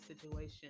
situation